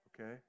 okay